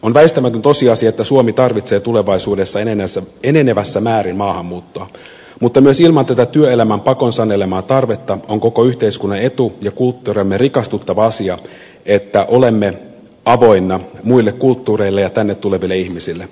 on väistämätön tosiasia että suomi tarvitsee tulevaisuudessa enenevässä määrin maahanmuuttoa mutta myös ilman tätä työelämän pakon sanelemaa tarvetta on koko yhteiskunnan etu ja kulttuuriamme rikastuttava asia että olemme avoinna muille kulttuureille ja tänne tuleville ihmisille